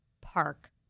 park